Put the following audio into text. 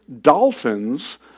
dolphins